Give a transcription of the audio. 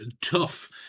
tough